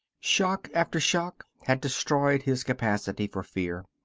shock after shock had destroyed his capacity for fear.